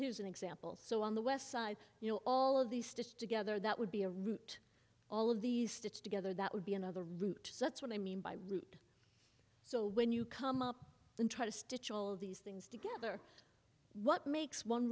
here's an example so on the west side you know all of these stitched together that would be a route all of these stitched together that would be another route that's what i mean by route so when you come up and try to stitch all of these things together what makes one